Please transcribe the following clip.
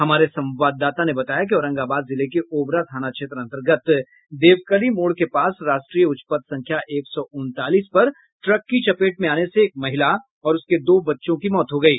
हमारे संवाददाता ने बताया कि औरंगाबाद जिले के ओबरा थाना क्षेत्र अंतर्गत देवकली मोड़ के पास राष्ट्रीय उच्च पथ संख्या एक सौ उनतालीस पर ट्रक की चपेट में आने से एक महिला और उसके दो बच्चों की मौत हो गयी